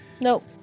Nope